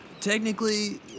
Technically